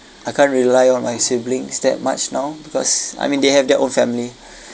I can't rely on my siblings that much now because I mean they have their own family